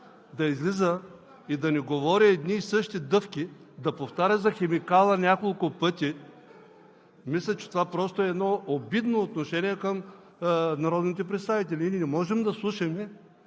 да излиза и да ни говори едни и същи дъвки, да повтаря за химикала няколко пъти, мисля, че това е обидно отношение към народните представители. Ние не можем да слушаме